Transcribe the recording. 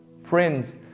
Friends